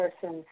person